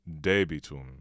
debitum